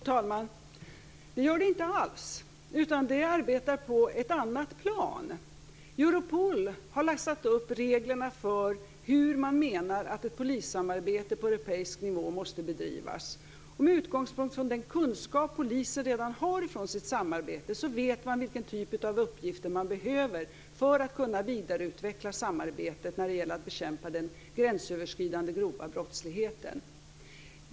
Fru talman! Det gör det inte alls, utan det arbetar på ett annat plan. Europol har satt upp regler för hur man menar att ett polissamarbete på europeisk nivå måste bedrivas. Med utgångspunkt i den kunskap poliser redan har från sitt samarbete vet man vilken typ av uppgifter som behövs för att man skall kunna vidareutveckla samarbetet med att bekämpa den gränsöverskridande grova brottsligheten.